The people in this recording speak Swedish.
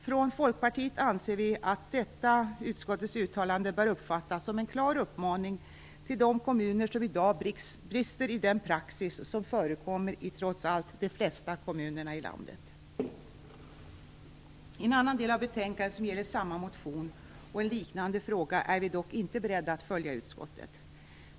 Från Folkpartiets sida anser vi att utskottets uttalande bör uppfattas som en klar uppmaning till de kommuner som i dag brister i den praxis som trots allt förekommer i de flesta kommuner i landet. I en annan del i betänkandet som gäller samma motion och en liknande fråga är vi dock inte beredda att följa utskottet.